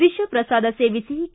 ವಿಷಪ್ರಸಾದ ಸೇವಿಸಿ ಕೆ